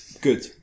Good